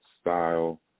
style